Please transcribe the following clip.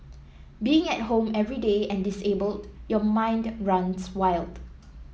being at home every day and disabled your mind runs wild